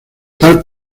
tal